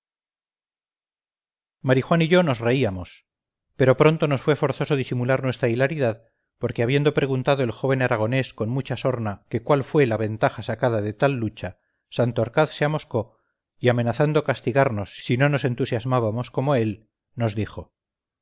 marijuán y yo nos reíamos pero pronto nos fue forzoso disimular nuestra hilaridad porque habiendo preguntado el joven aragonés con mucha sorna que cuál fue la ventaja sacada de tal lucha santorcaz se amoscó y amenazando castigarnos si no nos entusiasmábamos como él nos dijo